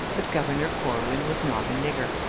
that governor corwin was not a nigger.